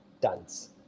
Dance